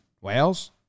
Whales